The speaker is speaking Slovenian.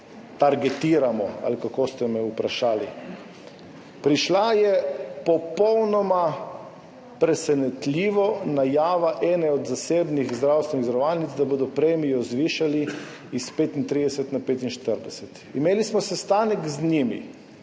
targetiramo, ali kako ste me vprašali. Prišla je popolnoma presenetljivo najava ene od zasebnih zdravstvenih zavarovalnic, da bodo premijo zvišali s 35 na 45. Imeli smo sestanek z njimi,